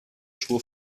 suo